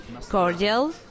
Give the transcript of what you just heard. cordial